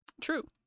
True